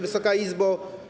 Wysoka Izbo!